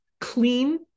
clean